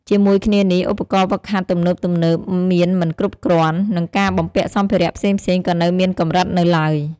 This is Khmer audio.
ជាមួយគ្នានេះ ឧបករណ៍ហ្វឹកហាត់ទំនើបៗមានមិនគ្រប់គ្រាន់ និងការបំពាក់សម្ភារៈផ្សេងៗក៏នៅមានកម្រិតនៅឡើយ។